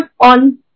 on